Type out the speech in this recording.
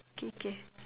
okay okay